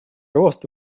рост